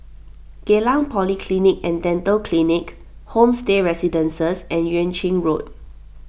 Geylang Polyclinic and Dental Clinic Homestay Residences and Yuan Ching Road